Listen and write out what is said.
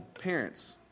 parents